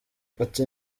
ati